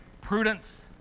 prudence